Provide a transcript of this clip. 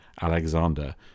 Alexander